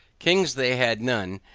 kings they had none,